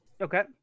Okay